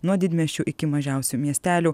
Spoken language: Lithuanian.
nuo didmiesčių iki mažiausių miestelių